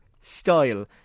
style